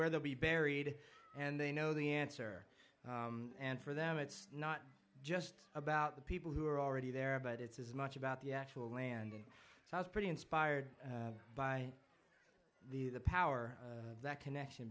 where they'll be buried and they know the answer and for them it's not just about the people who are already there but it's as much about the actual land that's pretty inspired by the power that connection